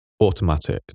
automatic